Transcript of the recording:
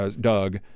Doug